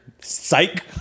psych